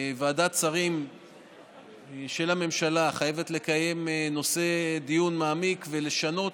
ועדת שרים של הממשלה חייבת לקיים דיון מעמיק ולשנות.